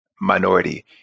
minority